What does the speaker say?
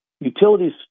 utilities